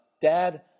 Dad